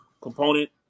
component